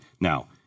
Now